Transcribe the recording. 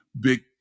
big